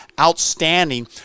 outstanding